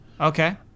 Okay